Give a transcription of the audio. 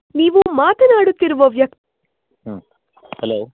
ನೀವು ಮಾತನಾಡುತ್ತಿರುವ ವ್ಯಕ್ತಿ ಹ್ಞೂ ಹಲೋ